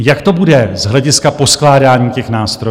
Jak to bude z hlediska poskládání těch nástrojů?